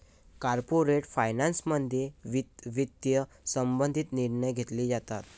corporate फायनान्समध्ये वित्त संबंधित निर्णय घेतले जातात